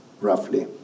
roughly